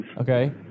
Okay